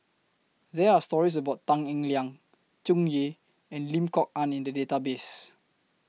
There Are stories about Tan Eng Liang Tsung Yeh and Lim Kok Ann in The Database